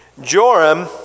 Joram